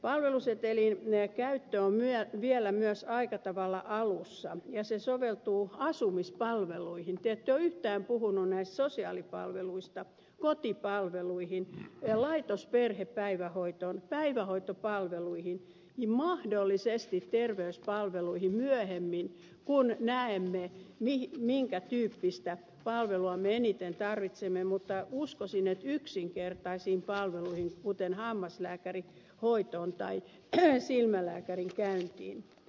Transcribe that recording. palvelusetelin käyttö on vielä myös aika tavalla alussa ja se soveltuu asumispalveluihin te ette ole yhtään puhuneet näistä sosiaalipalveluista kotipalveluihin laitosperhepäivähoitoon päivähoitopalveluihin ja mahdollisesti terveyspalveluihin myöhemmin kun näemme minkä tyyppistä palvelua me eniten tarvitsemme mutta uskoisin että yksinkertaisiin palveluihin kuten hammaslääkärihoitoon tai silmälääkärissä käyntiin